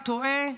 הוא טועה,